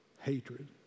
hatred